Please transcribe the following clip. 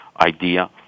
idea